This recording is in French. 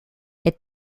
est